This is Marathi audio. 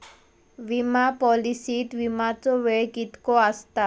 विमा पॉलिसीत विमाचो वेळ कीतको आसता?